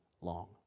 long